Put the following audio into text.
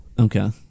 Okay